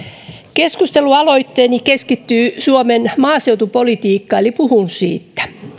keskustelualoitteeni keskittyy suomen maaseutupolitiikkaan eli puhun siitä